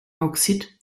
bauxit